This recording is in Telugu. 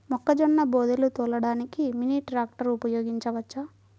మొక్కజొన్న బోదెలు తోలడానికి మినీ ట్రాక్టర్ ఉపయోగించవచ్చా?